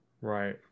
Right